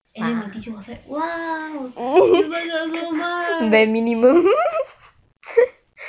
and then my teacher was like !wow!